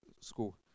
school